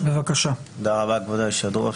כבוד היושב-ראש,